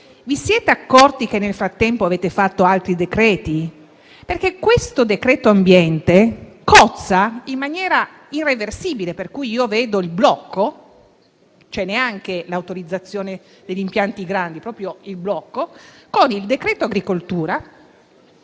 vi siete accorti che nel frattempo avete fatto altri decreti? Il decreto ambiente cozza in maniera irreversibile - tanto che io vedo il blocco e neanche l'autorizzazione degli impianti grandi - con il decreto agricoltura